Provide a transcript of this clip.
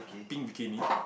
pink bikini